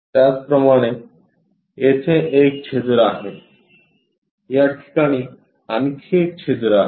त्याचप्रमाणे येथे एक छिद्र आहे या ठिकाणी आणखी एक छिद्र आहे